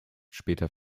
später